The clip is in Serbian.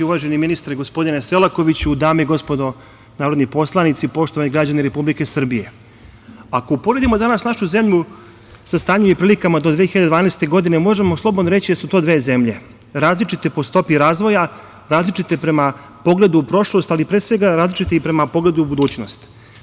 Uvaženi ministre, gospodine Selakoviću, dame i gospodo narodni poslanici, poštovani građani Republike Srbije, ako uporedimo danas našu zemlju sa stanjem i prilikama do 2012. godine možemo slobodno reći da su to dve zemlje, različite po stopi razvoja, različite prema pogledu u prošlost, ali pre svega različite prema pogledu u budućnost.